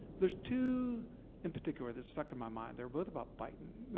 there's two in particular that stuck in my mind. they were both about biden.